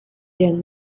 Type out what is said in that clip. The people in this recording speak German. der